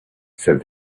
said